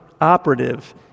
operative